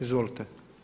Izvolite.